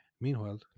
Meanwhile